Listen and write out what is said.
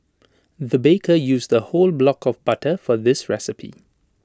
the baker used A whole block of butter for this recipe